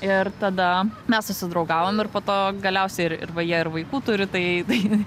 ir tada mes susidraugavom ir po to galiausiai ir ir va jie ir vaikų turi tai tai